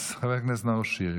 אז חבר הכנסת נאור שירי,